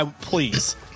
Please